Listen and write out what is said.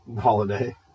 Holiday